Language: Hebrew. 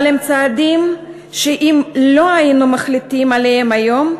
אבל הם צעדים שאם לא היינו מחליטים עליהם היום,